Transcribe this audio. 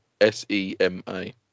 s-e-m-a